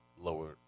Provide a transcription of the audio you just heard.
lower